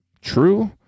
true